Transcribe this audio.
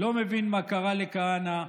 לא מבין מה קרה לכהנא,